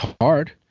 hard